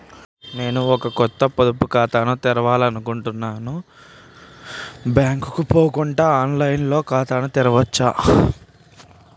నేను ఒక కొత్త పొదుపు ఖాతాను తెరవాలని అనుకుంటున్నా బ్యాంక్ కు పోకుండా ఆన్ లైన్ లో ఖాతాను తెరవవచ్చా?